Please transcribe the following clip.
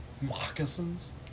Moccasins